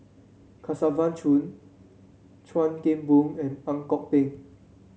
Kesavan Chuan Keng Boon and Ang Kok Peng